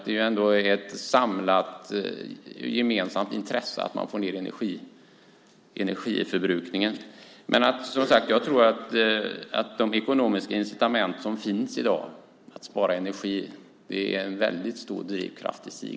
Det är ändå ett gemensamt intresse att man får ned energiförbrukningen. Som sagt: Jag tror att de ekonomiska incitament som finns i dag för att spara energi är en väldigt stor drivkraft i sig.